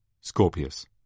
Scorpius